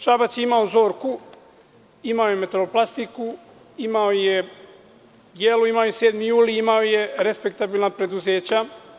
Šabac je imao „Zorku“, imao je „Metaloplastiku“, imao je „Jelu“, imao je „Sedmi juli“, imao je respektabilna preduzeća.